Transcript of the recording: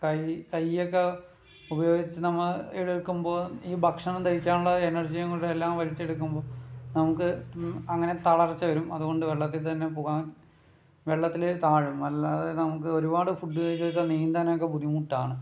കൈ കയ്യൊക്കെ ഉപയോഗിച്ച് നമ്മൾ എടുക്കുമ്പോൾ ഈ ഭക്ഷണം ദഹിക്കാനുള്ള എനർജിയും കൂടെ എല്ലാം കൂടെ വലിച്ചെടുക്കുമ്പോൾ നമുക്ക് അങ്ങനെ തളർച്ച വരും അതുകൊണ്ട് വെള്ളത്തിൽ തന്നെ പോകാൻ വെള്ളത്തില് താഴും അല്ലാതെ നമുക്ക് ഒരുപാട് ഫുഡ് കഴിച്ചു വെച്ചാൽ നീന്താനൊക്കെ ബുദ്ധിമുട്ടാണ്